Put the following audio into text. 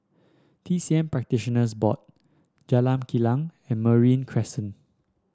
T C M Practitioners Board Jalan Kilang and Merino Crescent